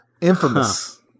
infamous